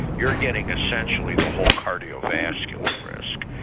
you're getting essentially the whole cardiovascular risk.